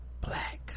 Black